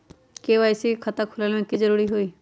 KYC के खाता खुलवा में की जरूरी होई?